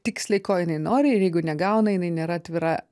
tiksliai ko jinai nori ir jeigu negauna jinai nėra atvira